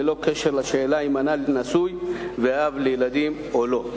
ללא קשר לשאלה אם הנ"ל נשוי ואב לילדים או לא.